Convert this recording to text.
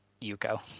Yuko